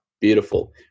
beautiful